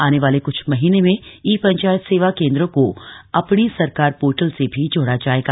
आने वाले कछ महीने में ई पंचायत सेवा केन्द्रों को अपणि सरकार पोर्टल से भी जोड़ा जायेगा